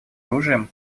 оружием